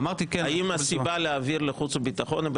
האם הסיבה להעביר לחוץ וביטחון היא,